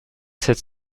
sept